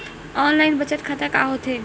Online बचत खाता का होथे?